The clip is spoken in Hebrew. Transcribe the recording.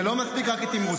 זה לא מספיק רק כתמרוץ,